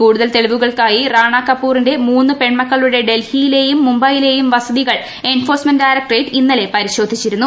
കൂടുതൽ തെളിവുകൾക്കായി റാണാ കപൂറിന്റെ മൂന്ന് പെൺമക്കളുടെ ഡൽഹിയിലെയും മുംബൈയിലെയും വസതികൾ എൻഫോഴ്സ്മെന്റ് ഡയറക്ടറേറ്റ് പരിശോധിച്ചിരുന്നു